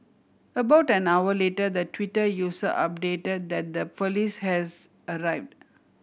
about an hour later the Twitter user updated that the police has arrived